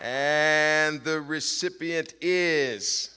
and the recipient is